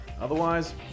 Otherwise